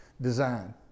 design